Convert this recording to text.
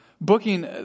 booking